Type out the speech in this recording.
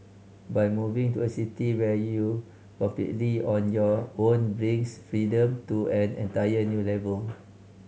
but moving to a city where you completely on your own brings freedom to an entire new level